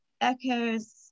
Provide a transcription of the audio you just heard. echoes